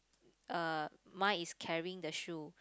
uh mine is carrying the shoe